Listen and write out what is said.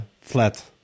flat